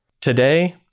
Today